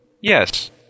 Yes